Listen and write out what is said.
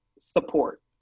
support